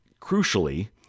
crucially